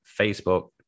Facebook